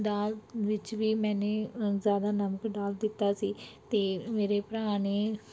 ਦਾਲ ਵਿੱਚ ਵੀ ਮੈਨੇ ਜ਼ਿਆਦਾ ਨਮਕ ਡਾਲ ਦਿੱਤਾ ਸੀ ਅਤੇ ਮੇਰੇ ਭਰਾ ਨੇ